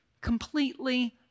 completely